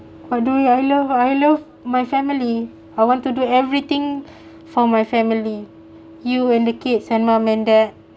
what do I love I love my family I want to do everything for my family you and the kids and mum and dad